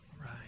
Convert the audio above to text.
Right